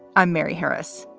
i'm mary harris.